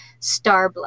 Starblood